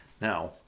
Now